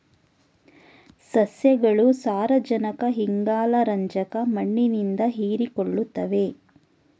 ಸಸ್ಯಗಳು ಸಾರಜನಕ ಇಂಗಾಲ ರಂಜಕ ಮಣ್ಣಿನಿಂದ ಹೀರಿಕೊಳ್ಳುತ್ತವೆ